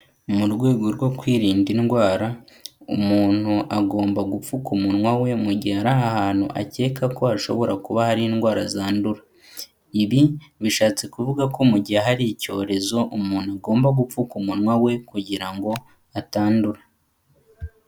Mu rwego rwo kwirinda indwara, umuntu agomba gupfuka umunwa we mu gihe ari hantu akeka ko hashobora kuba hari indwara zandura. Ibi bishatse kuvuga ko mu gihe hari icyorezo umuntu agomba gupfuka munwa we, kugira ngo atandura.